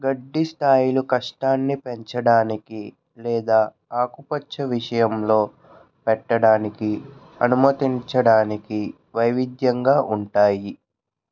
గడ్డి స్థాయిలు కష్టాన్ని పెంచడానికి లేదా ఆకుపచ్చ విషయంలో పెట్టడానికి అనుమతించడానికి వైవిధ్యంగా ఉంటాయి